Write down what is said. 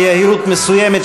ביהירות מסוימת,